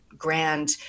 grand